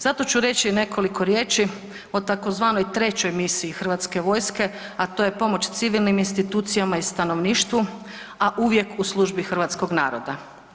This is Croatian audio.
Zato ću reći nekoliko riječi o tzv. 3. misiji HV-a, a to je pomoć civilnim institucijama i stanovništvu, a uvijek u službi hrvatskog naroda.